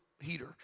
heater